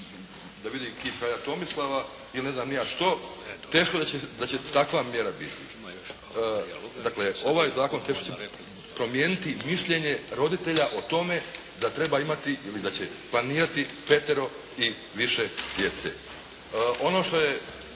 da vidi kip kralja Tomislava ili ne znam ni ja što. Teško da će takva mjera biti. Dakle, ovaj zakon teško će promijeniti mišljenje roditelja o tome da treba imati ili da će planirati petero i više djece. Ono što ću